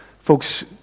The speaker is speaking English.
Folks